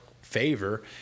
favor